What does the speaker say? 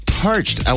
parched